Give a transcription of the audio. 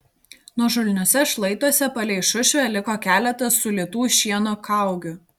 nuožulniuose šlaituose palei šušvę liko keletas sulytų šieno kaugių